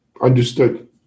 Understood